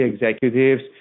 executives